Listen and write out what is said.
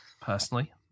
personally